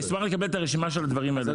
אני אשמח לקבל את הרשימה של הדברים האלה.